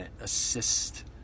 assist